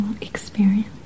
experience